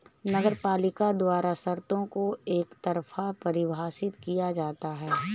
नगरपालिका द्वारा शर्तों को एकतरफा परिभाषित किया जाता है